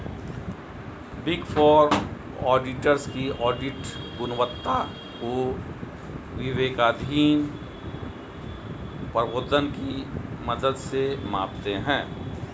big four auditors की audit गुणवत्ता को विवेकाधीन प्रोद्भवन की मदद से मापते हैं